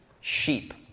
sheep